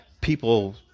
people